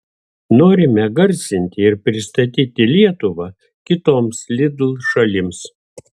norime garsinti ir pristatyti lietuvą kitoms lidl šalims